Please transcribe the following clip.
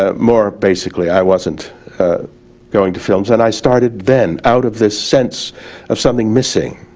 ah more basically i wasn't going to films and i started then out of this sense of something missing